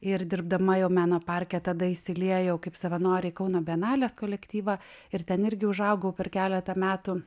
ir dirbdama jau meno parke tada įsiliejau kaip savanorė į kauno bienalės kolektyvą ir ten irgi užaugau per keletą metų